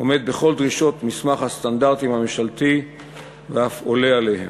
עומד בכל דרישות מסמך הסטנדרטים הממשלתי ואף עולה עליהן.